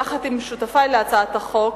יחד עם שותפי להצעת החוק,